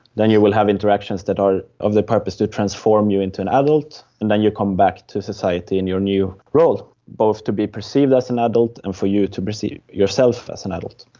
then you will have interactions that are of the purpose to transform you into an adult, and then you come back to society in your new role, both to be perceived as an adult and for you to perceive yourself as an adult.